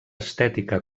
estètica